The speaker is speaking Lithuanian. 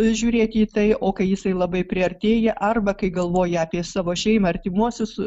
žiūrėti į tai o kai jisai labai priartėja arba kai galvoji apie savo šeimą artimuosius